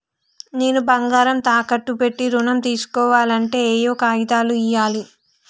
నేను బంగారం తాకట్టు పెట్టి ఋణం తీస్కోవాలంటే ఏయే కాగితాలు ఇయ్యాలి?